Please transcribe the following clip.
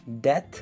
death